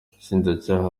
ubushinjacyaha